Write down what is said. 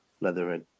Leatherhead